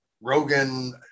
Rogan